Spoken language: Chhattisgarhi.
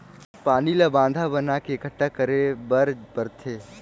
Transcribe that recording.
पानी ल बांधा बना के एकटठा करे बर परथे